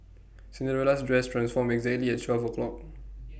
Cinderella's dress transformed exactly at twelve o'clock